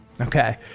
Okay